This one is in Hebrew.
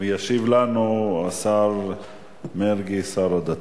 וישיב לנו השר מרגי, שר הדתות.